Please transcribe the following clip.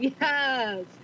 Yes